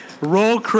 Roll